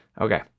okay